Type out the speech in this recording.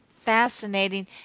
fascinating